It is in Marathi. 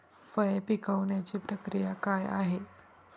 फळे पिकण्याची प्रक्रिया काय आहे?